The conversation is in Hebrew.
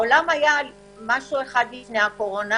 העולם היה משהו אחד לפני הקורונה,